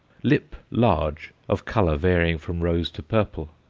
lip large, of colour varying from rose to purple.